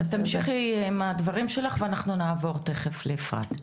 תמשיכי עם דברייך ואנחנו נעבור תיכף לאפרת.